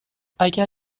اگر